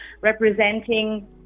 representing